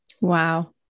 Wow